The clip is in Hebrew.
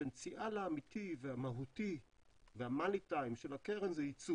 הפוטנציאל האמיתי והמהותי והמאני טיים של הקרן זה יצוא